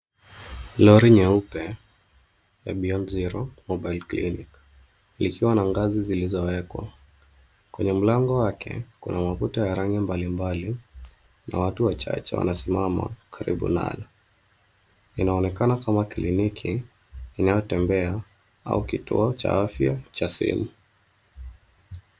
Lori nyeupe ya beyond zero mobile clinic ikiwa na ngazi zilizowekwa, kwenye mlango wake kuna makuta ya rangi mbalimbali na watu wachache wamesimama karibu nalo. Inaonekana kama kliniki inayo tembea au kituo cha afya cha simu.